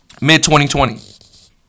mid-2020